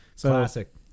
Classic